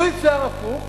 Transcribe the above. לו יצויר הפוך,